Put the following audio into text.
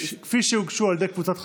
אוסאמה סעדי,